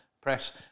Press